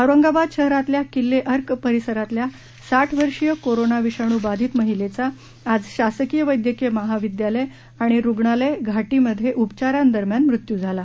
औरंगाबाद शहरातल्या किलेअर्क परिसरातल्या साठ वर्षीय कोरोना विषाणू बाधीत महिलेचा आज शासकीय वैदयकीय महाविदयालय आणि रुग्णालय घाटीमधे उपचारां दरम्यान मृत्यू झाला